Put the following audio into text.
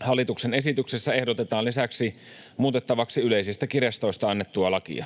Hallituksen esityksessä ehdotetaan lisäksi muutettavaksi yleisistä kirjastoista annettua lakia.